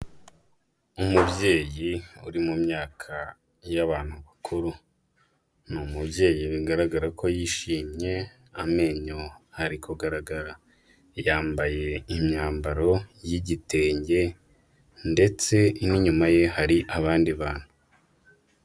Umubyeyi uri mu myaka y'abantu bakuru. Ni umubyeyi bigaragara ko yishimye, amenyo ari kugaragara. Yambaye imyambaro y'igitenge ,ndetse n'inyuma ye hari abandi bantu.